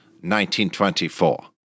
1924